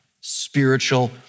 spiritual